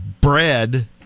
bread